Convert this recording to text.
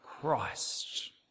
Christ